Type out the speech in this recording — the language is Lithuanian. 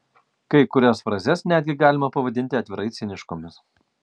kai kurias frazes netgi galima pavadinti atvirai ciniškomis